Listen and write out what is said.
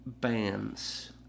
bands